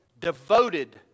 devoted